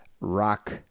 rock